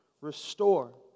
restore